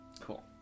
Cool